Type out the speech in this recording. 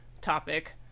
topic